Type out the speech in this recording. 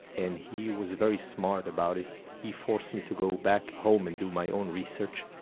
and he was very smart about it he forced me to go back home and do my own research.